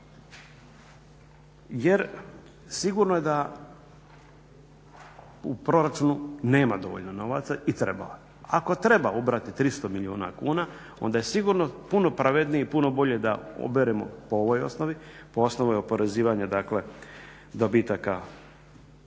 Jer sigurno je da u proračunu nema dovoljno novaca i treba. Ako treba ubrati 300 milijuna kuna onda je sigurno puno pravednije i puno bolje da oberemo po ovoj osnovi, po osnovi oporezivanja dakle dobitaka